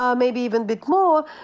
um maybe even bit more,